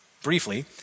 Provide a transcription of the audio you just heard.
Briefly